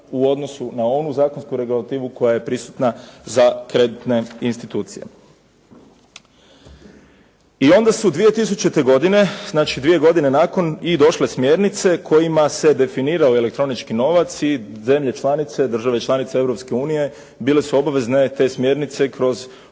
u odnosu na onu zakonsku regulativu koja je prisutna za trenutne institucije. I onda su 2000. godine, znači dvije godine nakon i došle smjernice kojima se definirao elektronički novac, i zemlje članice, države članice Europske unije bile su obavezne te smjernice kroz određen